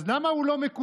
אז למה הוא לא מקודם?